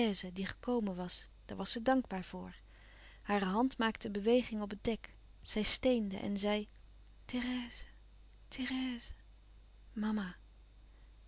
die gekomen was daar was ze dankbaar voor hare hand maakte een beweging op het dek zij steende en zij